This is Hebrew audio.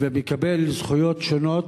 ומקבל זכויות שונות,